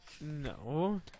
No